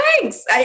thanks